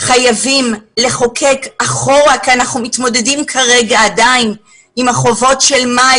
חייבים לחוקק אחורה כי אנחנו עדיין מתמודדים כרגע עם החובות של מאי,